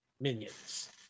minions